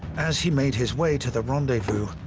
as he made his way to the rendezvous,